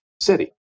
City